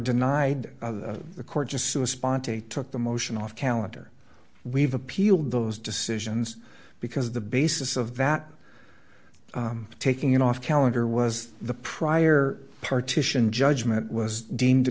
denied the court just to a spontaneous took the motion off calendar we've appealed those decisions because the basis of that taking it off calendar was the prior partition judgment was deemed to